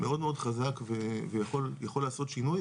מאוד מאוד חזק ויכול לעשות שינוי,